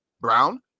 Brown